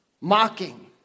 mocking